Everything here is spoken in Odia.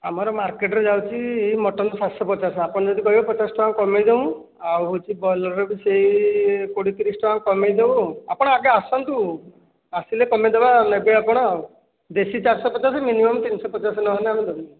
ଆମର ମାର୍କେଟରେ ଯାଉଛି ମଟନ ସାତଶହ ପଚାଶ ଆପଣ ଯଦି କହିବେ ପଚାଶ ଟଙ୍କା କମାଇ ଦେବୁ ଆଉ ହେଉଛି ବ୍ରଏଲରରୁ ସେଇ କୋଡ଼ିଏ ତିରିଶ ଟଙ୍କା କମାଇଦେବୁ ଆପଣ ଆଗେ ଆସନ୍ତୁ ଆସିଲେ କମାଇଦେବା ନେବେ ଆପଣ ଆଉ ଦେଶୀ ଚାରିଶ ପଚାଶ ମିନୀୟମ ତିନିଶହ ପଚାଶ ନହେଲେ ଆମେ ଦେବୁନି